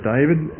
David